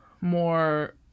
more